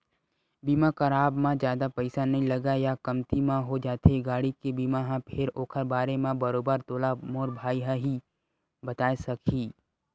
बीमा कराब म जादा पइसा नइ लगय या कमती म हो जाथे गाड़ी के बीमा ह फेर ओखर बारे म बरोबर तोला मोर भाई ह ही बताय सकही